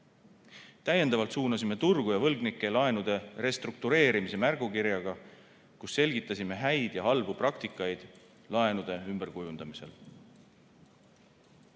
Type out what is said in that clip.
Täiendavalt suunasime turgu ja võlgnikke laenude restruktureerimise märgukirjaga, kus selgitasime häid ja halbu praktikaid laenude ümberkujundamisel. Neid